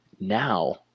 now